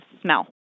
smell